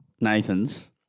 Nathan's